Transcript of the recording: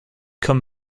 come